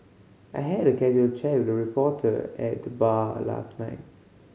I had a casual chat with a reporter at the bar last night